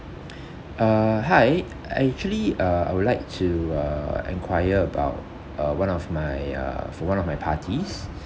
uh hi actually uh I would like to uh enquire about uh one of my uh for one of my parties